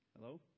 Hello